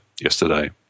yesterday